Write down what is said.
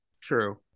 true